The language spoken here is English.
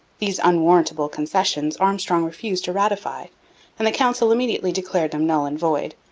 these unwarrantable concessions armstrong refused to ratify and the council immediately declared them null and void,